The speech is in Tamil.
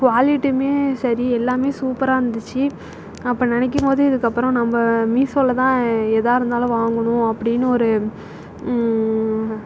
குவாலிட்டியுமே சரி எல்லாமே சூப்பராக இருந்துச்சு அப்போது நினைக்கும்போது இதுக்கு அப்புறம் நம்ப மீஸோவில் தான் எதாக இருந்தாலும் வாங்கணும்னு அப்படின்னு ஒரு